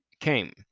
came